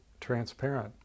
transparent